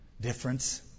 difference